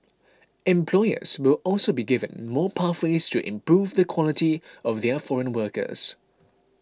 employers will also be given more pathways to improve the quality of their foreign workers